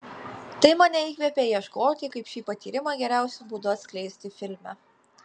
tai mane įkvėpė ieškoti kaip šį patyrimą geriausiu būdu atskleisti filme